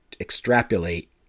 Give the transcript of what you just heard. extrapolate